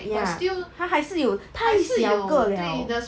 ya 它还是有太小个 liao